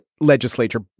legislature